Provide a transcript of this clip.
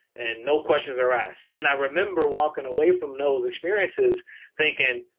and no questions are asked. and i remember walking away from those experiences thinking,